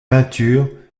peintures